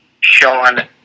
Sean